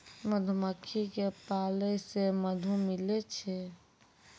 मधुमक्खी क पालै से मधु मिलै छै